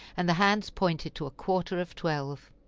and the hands pointed to a quarter of twelve.